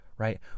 Right